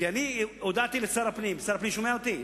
כי אני הודעתי לשר הפנים, שר הפנים שומע אותי?